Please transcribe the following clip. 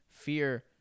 fear